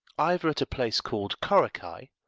either at a place called korekei,